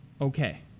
Okay